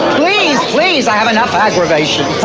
please, please, i have enough aggravation.